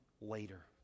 later